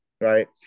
right